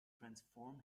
transform